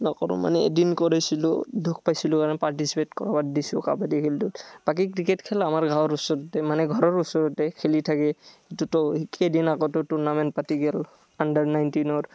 নকৰোঁ মানে এদিন কৰিছিলোঁ দুখ পাইছিলোঁ আৰু পাৰ্টিচিপেট কৰা বাদ দিছোঁ কাবাডী খেলটো বাকী ক্ৰিকেট খেল আমাৰ গাঁৱৰ ওচৰতে মানে ঘৰৰ ওচৰতে খেলি থাকে দুট কেইদিন আগতো টুৰ্ণামেণ্ট পাতি গেল আণ্ডাৰ নাইণ্টিনৰ